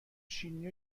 شیرینی